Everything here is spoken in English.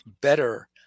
better